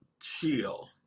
chill